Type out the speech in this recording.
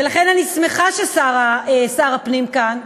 ולכן אני שמחה ששר הפנים כאן,